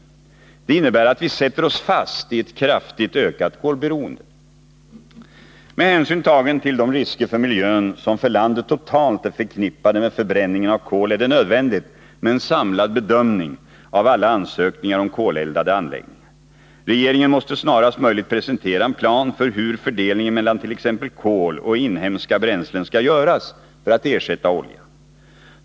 Det skulle innebära att vi skulle sätta oss fast i ett kraftigt ökat kolberoende. Med hänsyn tagen till de risker för miljön som för landet totalt är förknippade med förbränning av kol är det nödvändigt med en samlad bedömning av alla ansökningar om koleldade anläggningar. Regeringen måste snarast möjligt presentera en plan för hur fördelningen mellan t.ex. kol och inhemska bränslen skall göras för att ersätta oljan.